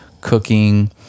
cooking